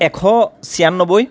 এশ ছয়ান্নব্বৈ